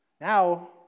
Now